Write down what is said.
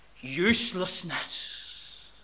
Uselessness